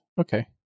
Okay